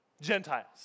Gentiles